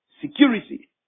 security